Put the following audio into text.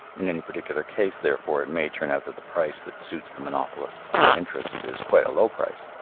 in any particular case, therefore, it may turn out that the price that suits the monopolist's own interest is quite a low price,